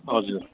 हजुर